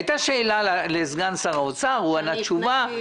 הייתה שאלה שהופנתה לסגן שר האוצר והוא ענה תשובה,